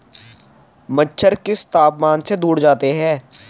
मच्छर किस तापमान से दूर जाते हैं?